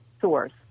source